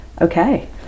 okay